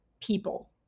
people